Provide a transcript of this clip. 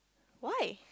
why